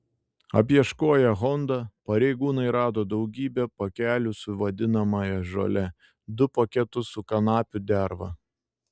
apieškoję honda pareigūnai rado daugybę pakelių su vadinamąją žole du paketus su kanapių derva